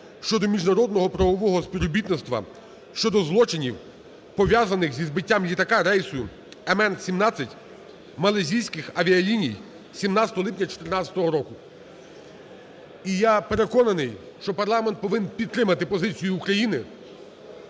щодо міжнародного правового співробітництва щодо злочинів, пов'язаних зі збиттям літака рейсу МН17 Малайзійських авіаліній 17 липня 2014 року. І я переконаний, що парламент повинен підтримати позицію України,